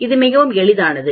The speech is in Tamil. இது மிகவும் எளிது